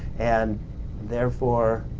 and therefore,